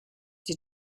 due